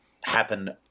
happen